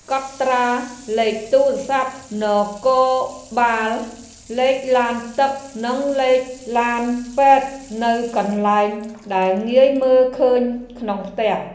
កត់ត្រាលេខទូរស័ព្ទនគរបាលលេខឡានទឹកនិងលេខឡានពេទ្យនៅកន្លែងដែលងាយមើលឃើញក្នុងផ្ទះ។